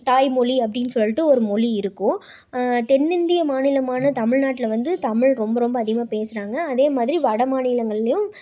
தாய்மொழி அப்படினு சொல்லிட்டு ஒரு மொழி இருக்கும் தென் இந்திய மாநிலமான தமிழ்நாட்டில் வந்து தமிழ் ரொம்ப ரொம்ப அதிகமாக பேசுறாங்க அதேமாதிரி வட மாநிலங்கள்லேயும்